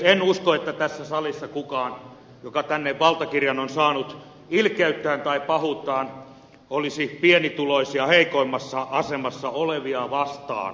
en usko että tässä salissa kukaan joka tänne valtakirjan on saanut ilkeyttään tai pahuuttaan olisi pienituloisia heikoimmassa asemassa olevia vastaan